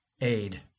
aid